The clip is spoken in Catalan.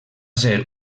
ser